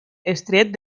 estret